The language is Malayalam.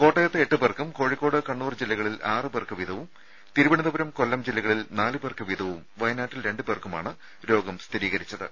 കോട്ടയത്ത് എട്ടുപേർക്കും കോഴിക്കോട് കണ്ണൂർ ജില്ലകളിൽ ആറുപേർക്ക് വീതവും തിരുവനന്തപുരം കൊല്ലം ജില്ലകളിൽ നാലുപേർക്ക് വീതവും വയനാട്ടിൽ രണ്ടുപേർക്കുമാണ് രോഗം സ്ഥിരീകരിച്ചത്